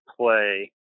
play